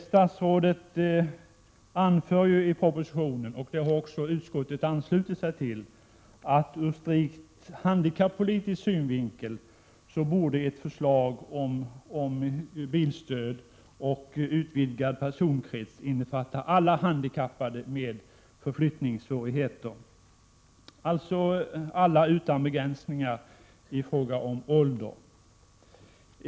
Statsrådet anför i propositionen, och det har utskottet anslutit sig till, att ur strikt handikappolitisk synvinkel borde ett förslag om bilstöd och utvidgad personkrets ha innefattat alla handikappade med förflyttningssvårigheter, alltså alla utan begränsningar i fråga om ålder.